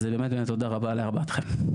תודה רבה לארבעתכם.